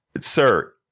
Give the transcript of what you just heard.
Sir